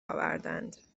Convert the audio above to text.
آوردند